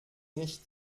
nicht